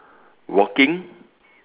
walking